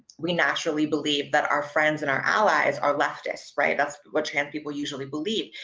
we naturally believe that our friends and our allies are leftists, right? that's what trans people usually believe.